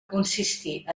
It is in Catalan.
consistir